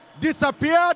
disappeared